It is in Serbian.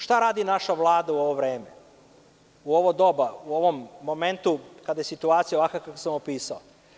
Šta radi naša Vlada u ovo vreme, u ovo doba, u ovom momentu kada je situacija ovakva kakvu sam opisao?